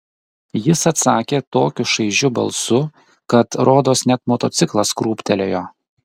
jis atsakė tokiu šaižiu balsu kad rodos net motociklas krūptelėjo